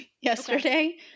yesterday